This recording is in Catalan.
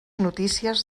notícies